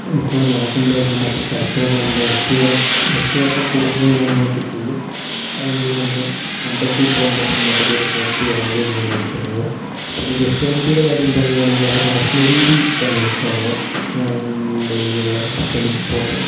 കൂടെ നടക്കുമ്പോഴത്തേക്കും നമ്മളുടെ തലച്ചോറിലുള്ള രക്തയോട്ടം രക്തയോട്ടം കൂടുകയും കാര്യങ്ങളൊക്കെ ചെയ്യും അതുപോലെ തന്നെ അമ്പലത്തിൽ പോകുമ്പത്തന്നെ മൊത്തത്തിലൊരു പോസിറ്റീവ് എനർജി ഒക്കെയാണ് കിട്ടുന്നത് പിന്നെ ക്രിസ്ത്യാനിറ്റിയുടെ കാര്യം പറയുകയാണെങ്കിൽ അവരുടെ ഭക്ഷണരീതി ഭയങ്കര ഇഷ്ടമാണ് ഡെയിലിയുള്ള ചിക്കനും പോത്തും